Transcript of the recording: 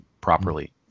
properly